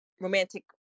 romantic